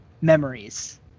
memories